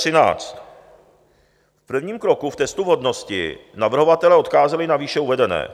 V prvním kroku, v testu vhodnosti, navrhovatelé odkázali na výše uvedené;